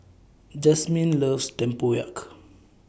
Jasmine loves Tempoyak